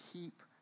keep